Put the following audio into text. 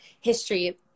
history